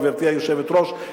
גברתי היושבת-ראש,